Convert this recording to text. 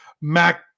Mac